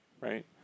right